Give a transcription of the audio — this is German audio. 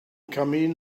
kamin